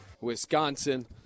Wisconsin